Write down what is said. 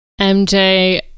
MJ